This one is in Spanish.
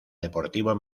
deportivo